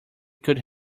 could